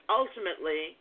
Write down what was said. ultimately